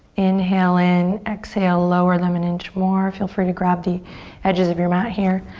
inhale in, exhale, lower them an inch more. feel free to grab the edges of your mat here.